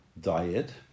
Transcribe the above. diet